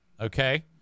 Okay